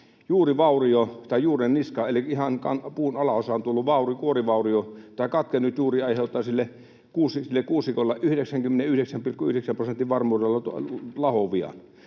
juuren niska, eli ihan puun alaosaan tullut kuorivaurio tai katkennut juuri, aiheuttaa sille kuusikolle 99,9 prosentin varmuudella lahovian.